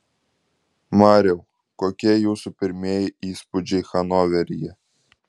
mariau kokie jūsų pirmieji įspūdžiai hanoveryje